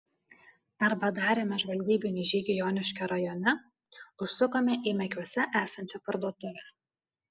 arba darėme žvalgybinį žygį joniškio rajone užsukome į mekiuose esančią parduotuvę